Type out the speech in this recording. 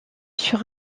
sur